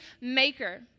maker